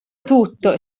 tutto